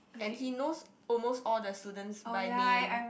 and he knows almost all the students by name